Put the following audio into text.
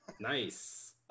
Nice